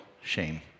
shame